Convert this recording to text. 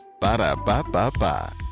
Ba-da-ba-ba-ba